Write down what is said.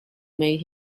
made